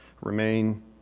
remain